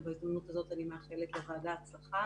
ובהזדמנות הזאת אני מאחלת לוועדה הצלחה,